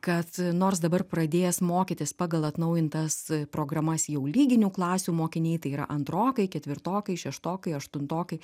kad nors dabar pradės mokytis pagal atnaujintas programas jau lyginių klasių mokiniai tai yra antrokai ketvirtokai šeštokai aštuntokai